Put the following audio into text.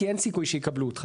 כי אין סיכוי שיקבלו אותך.